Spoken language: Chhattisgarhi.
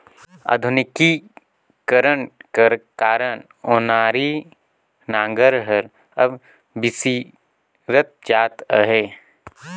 आधुनिकीकरन कर कारन ओनारी नांगर हर अब बिसरत जात अहे